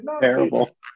Terrible